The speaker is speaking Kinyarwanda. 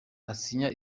asinya